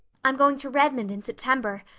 i'm going to redmond in september.